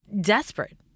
desperate